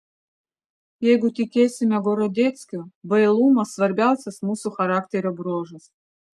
jeigu tikėsime gorodeckiu bailumas svarbiausias mūsų charakterio bruožas